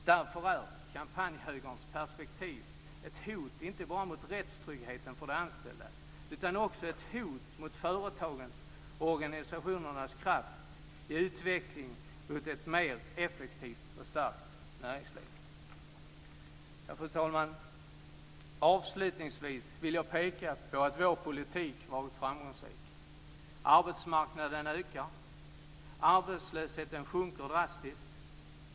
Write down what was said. Därför är kampanjhögerns perspektiv inte bara ett hot mot rättstryggheten för de anställda utan också ett hot mot företagens och organisationernas kraft i utvecklingen mot ett mer effektivt och starkt näringsliv. Fru talman! Avslutningsvis vill jag peka på att vår politik varit framgångsrik: - Arbetsmarknaden ökar. - Arbetslösheten sjunker drastiskt.